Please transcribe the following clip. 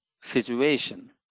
Situation